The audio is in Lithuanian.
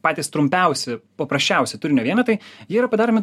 patys trumpiausi paprasčiausi turinio vienetai yra padaroma